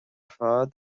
fad